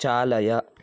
चालय